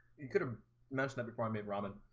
you could have mentioned i before i made robin,